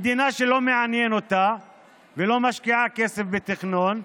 מדינה שלא מעניין אותה ולא משקיעה כסף בתכנון,